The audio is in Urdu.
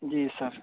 جی سر